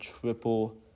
triple